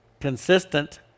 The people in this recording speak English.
consistent